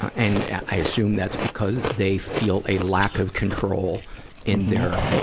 and, i assume, that's because they feel a lack of control in their,